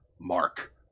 Mark